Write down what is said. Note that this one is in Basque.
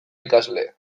ikasle